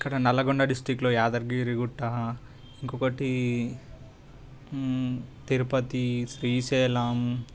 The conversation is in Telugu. ఇక్కడ నల్లగొండ డిస్ట్రిక్ట్లో యాదగిరిగుట్ట ఇంకొకటి తిరుపతి శ్రీశైలం